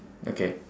okay